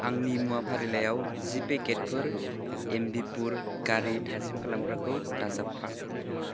आंनि मुवा फारिलाइयाव जि पेकेटफोर एम्बिपुर गारि थाजिम खालामग्राखौ दाजाबफा